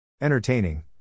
Entertaining